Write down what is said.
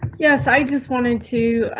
yes, i just wanted to,